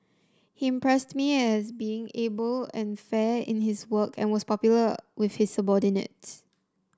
he impressed me as being able and fair in his work and was popular with his subordinates